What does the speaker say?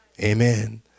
amen